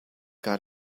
got